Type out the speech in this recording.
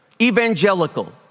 evangelical